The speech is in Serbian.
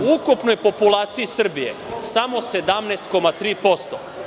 u ukupnoj populaciji Srbije samo 17,3%